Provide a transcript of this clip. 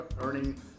earning